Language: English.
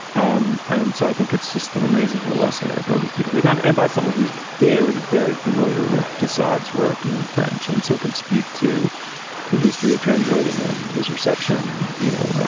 um and so i think it's just an amazing little essay. i thought it was beautifully done and by someone who's very, very familiar with decides work in french and so can speak to the history of translating his reception. you know,